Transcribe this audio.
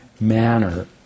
manner